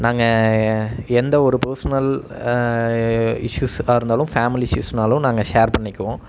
நாங்கள் எந்த ஒரு பர்ஸ்னல் இஷ்யூஸாக இருந்தாலும் ஃபேமிலி இஷ்யூஸ்னாலும் நாங்கள் ஷேர் பண்ணிக்குவோம்